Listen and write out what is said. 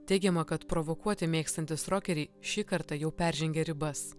teigiama kad provokuoti mėgstantys rokeriai šį kartą jau peržengė ribas